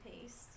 paste